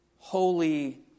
Holy